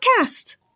podcast